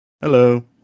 Hello